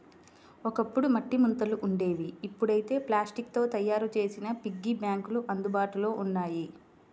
ఒకప్పుడు మట్టి ముంతలు ఉండేవి ఇప్పుడైతే ప్లాస్టిక్ తో తయ్యారు చేసిన పిగ్గీ బ్యాంకులు అందుబాటులో ఉన్నాయి